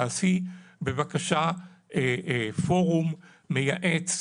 תעשי בבקשה פורום מייעץ.